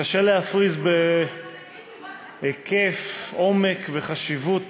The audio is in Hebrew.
קשה להפריז בהיקף, בעומק ובחשיבות